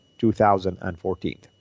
2014